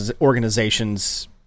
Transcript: organizations